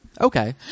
Okay